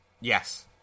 Yes